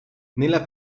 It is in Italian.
nella